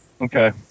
okay